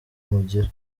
mugira